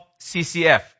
CCF